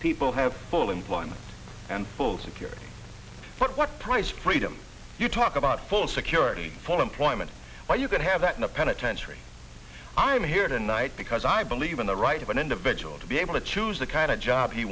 people have full employment and full security but what price freedom you talk about full security full employment where you can have that in a penitentiary i'm here tonight because i believe in the right of an individual to be able to choose the kind of job he